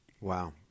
Wow